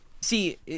see